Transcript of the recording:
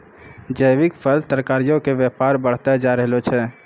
जैविक फल, तरकारीयो के व्यापार बढ़तै जाय रहलो छै